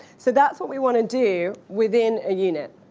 so that's what we want to do within a unit.